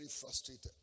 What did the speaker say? frustrated